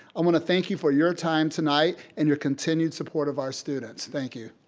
i wanna thank you for your time tonight and your continued support of our students, thank you.